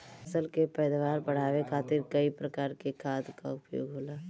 फसल के पैदावार बढ़ावे खातिर कई प्रकार के खाद कअ उपयोग होला